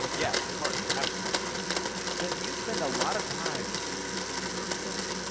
but yes, of course, we have to talk religion but you spend a lot of time in in your book,